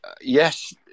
yes